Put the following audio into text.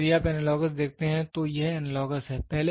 इसलिए यदि आप एनालॉगस देखते हैं तो यह एनालॉगस है